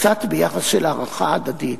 קצת ביחס של הערכה הדדית,